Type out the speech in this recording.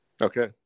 Okay